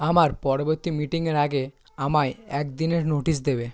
আমার পরবর্তী মিটিংয়ের আগে আমায় একদিনের নোটিশ দেবে